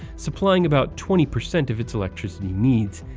supplying about twenty percent of its electricity needs.